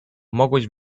mogłeś